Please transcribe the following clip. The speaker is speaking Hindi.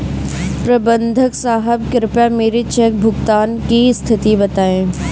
प्रबंधक साहब कृपया मेरे चेक भुगतान की स्थिति बताएं